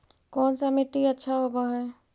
कोन सा मिट्टी अच्छा होबहय?